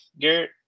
Garrett